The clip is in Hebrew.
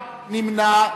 נמנע.